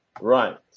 right